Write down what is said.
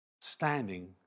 standing